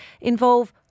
involve